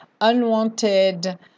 unwanted